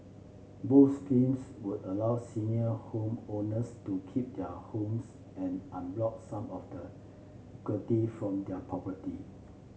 both schemes would allow senior homeowners to keep their homes and unlock some of the equity from their property